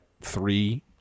three